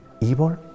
evil